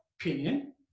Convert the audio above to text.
opinion